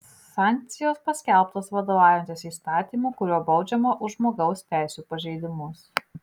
sankcijos paskelbtos vadovaujantis įstatymu kuriuo baudžiama už žmogaus teisių pažeidimus